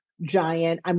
giant